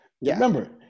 Remember